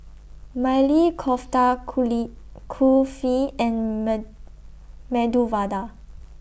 Maili Kofta Kulfi and May Medu Vada